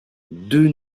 deux